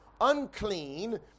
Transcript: unclean